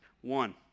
One